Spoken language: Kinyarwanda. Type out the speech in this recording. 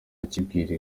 akibwira